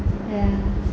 ya